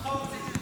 תתפטר.